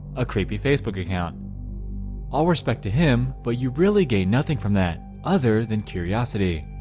a creepy facebook account all respect to him? but you really gain nothing from that other than curiosity